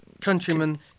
Countrymen